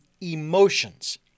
emotions